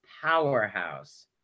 powerhouse